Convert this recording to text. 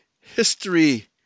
history